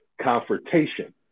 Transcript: confrontation